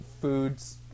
foods